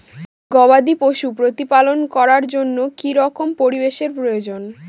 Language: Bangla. গবাদী পশু প্রতিপালন করার জন্য কি রকম পরিবেশের প্রয়োজন?